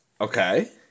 okay